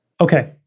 Okay